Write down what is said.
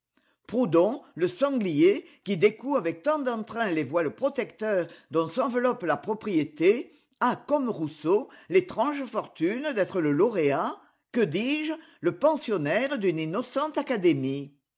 proudhon le sanglier qui découd avec tant d'entrain les voiles protecteurs dont s'enveloppe la propriété a comme rousseau l'étrange fortune d'être le lauréat que dis-je le pensionnaire d'une innocente académie